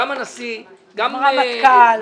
גם הנשיא, גם -- הרמטכ"ל.